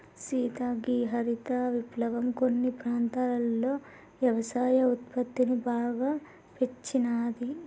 సీత గీ హరిత విప్లవం కొన్ని ప్రాంతాలలో యవసాయ ఉత్పత్తిని బాగా పెంచినాది